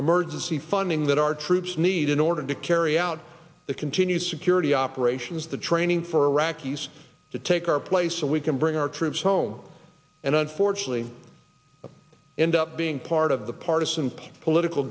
emergency funding that our troops need in order to carry out the continued security operations the training for iraqis to take our place so we can bring our troops home and unfortunately end up being part of the partisan political